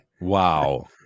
Wow